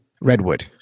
Redwood